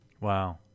Wow